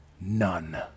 none